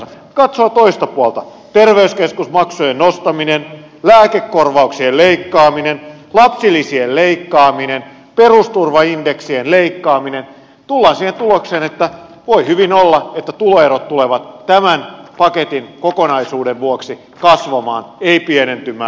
kun katsoo toista puolta terveyskeskusmaksujen nostaminen lääkekorvauksien leikkaaminen lapsilisien leikkaaminen perusturvaindek sien leikkaaminen tullaan siihen tulokseen että voi hyvin olla että tuloerot tulevat tämän paketin kokonaisuuden vuoksi kasvamaan eivät pienentymään